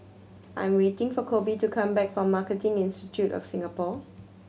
I am waiting for Koby to come back from Marketing Institute of Singapore